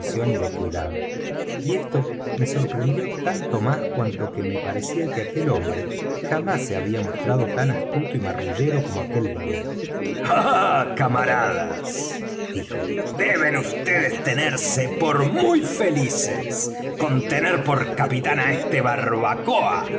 y de cuidado y esto me sorprendió tanto más cuanto que me parecía que aquel hombre jamás se había mostrado tan astuto y marrullero como aquel día ah camarada dijo deben vds tenerse por muy felices con tener por capitán á este barbacoa